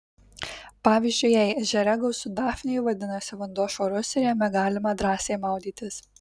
pavyzdžiui jei ežere gausu dafnijų vadinasi vanduo švarus ir jame galima drąsiai maudytis